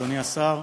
אדוני השר,